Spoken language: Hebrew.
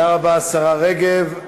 תודה רבה, השרה רגב.